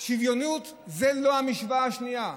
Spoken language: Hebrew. שוויוניות זה לא המשוואה השנייה,